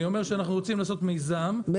אני אומר שאנחנו רוצים לעשות מיזם משותף.